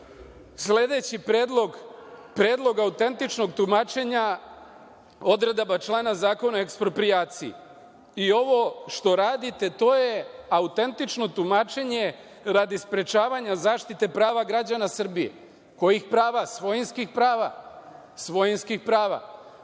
predlog, Predlog autentičnog tumačenja odredaba člana Zakona o eksproprijaciji. Ovo što radite, to je autentično tumačenje radi sprečavanja zaštite prava građana Srbije. Kojih prava? Svojinskih prava. Vi ovde